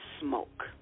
smoke